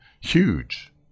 huge